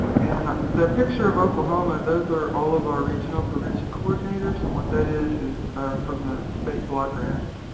and the picture of oklahoma, those are all of our regional prevention coordinators, and what that is is from the state block grants.